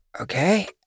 okay